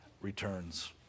returns